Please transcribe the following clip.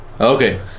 Okay